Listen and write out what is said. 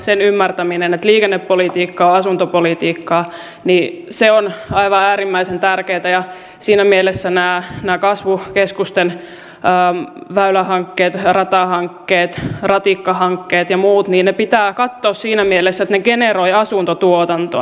sen ymmärtäminen että liikennepolitiikka on asuntopolitiikkaa on aivan äärimmäisen tärkeää ja nämä kasvukeskusten väylähankkeet ratahankkeet ratikkahankkeet ja muut pitää katsoa siinä mielessä että ne generoivat asuntotuotantoa